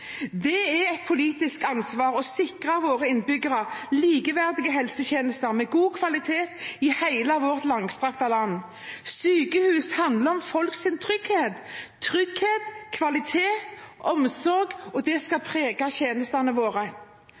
Det er et politisk ansvar å sikre våre innbyggere likeverdige helsetjenester med god kvalitet i hele vårt langstrakte land. Sykehus handler om folks trygghet – trygghet, kvalitet, omsorg – og det skal prege tjenestene våre.